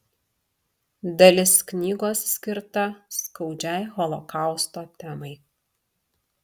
dalis knygos skirta skaudžiai holokausto temai